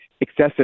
excessive